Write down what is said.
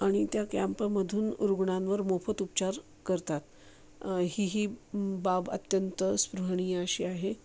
आणि त्या कॅम्पामधून रुग्णांवर मोफत उपचार करतात ही ही बाब अत्यंत स्पृहणीय अशी आहे